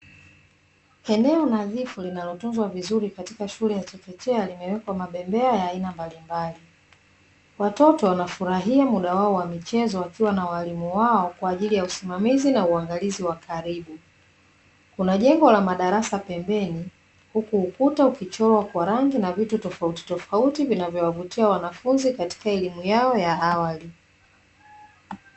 Eneo nadhifu, linalotunzwa vizuri katika shule ya chekechea, limewekwa mabembea ya aina mbalimbali. Watoto wanafurahia muda wao wa michezo wakiwa na walimu wao kwa ajili ya usimamizi na uangalizi wa karibu. Kuna jengo la madarasa pembeni, huku ukuta ukichorwa kwa rangi na vitu tofautitofauti vinavyowavutia wanafunzi katika elimu yao ya awali.